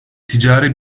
ticari